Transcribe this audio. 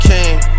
King